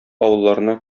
авылларына